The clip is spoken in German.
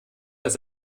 dass